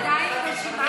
בדיחה